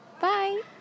Bye